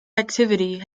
activity